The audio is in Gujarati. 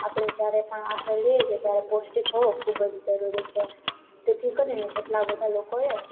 આપણે જ્યારે પણ આહાર લઈએ છીએ ત્યારે પૌષ્ટિક હોવો ખૂબ જ જરૂરી છે તેથી કરીને કેટલા બધાં લોકોએ